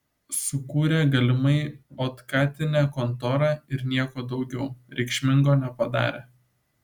sukūrė galimai otkatinę kontorą ir nieko daugiau reikšmingo nepadarė